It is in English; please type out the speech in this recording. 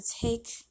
take